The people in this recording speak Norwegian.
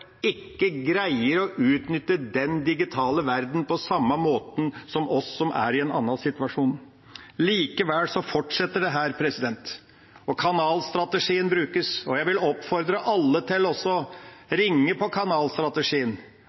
ikke greier å utnytte den digitale verdenen på samme måten som oss som er i en annen situasjon. Likevel fortsetter dette, og kanalstrategien brukes. Jeg vil oppfordre alle til å ringe på kanalstrategien,